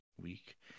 week